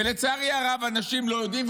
ולצערי הרב, אנשים לא יודעים.